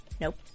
Nope